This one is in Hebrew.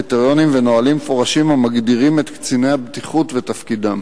קריטריונים ונהלים מפורשים המגדירים את קציני הבטיחות ותפקידם?